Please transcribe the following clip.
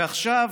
ועכשיו